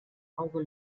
auge